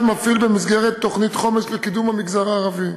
מפעיל במסגרת תוכנית חומש לקידום המגזר הערבי.